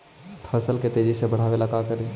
फसल के तेजी से बढ़ाबे ला का करि?